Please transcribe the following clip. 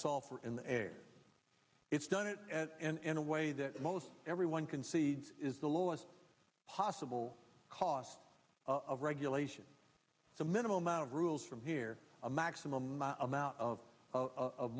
software in the air it's done it in a way that most everyone concedes is the lowest possible cost of regulation so a minimal amount of rules from here a maximum amount of